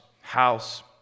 house